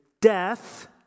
death